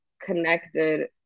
connected